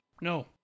No